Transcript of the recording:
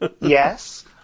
Yes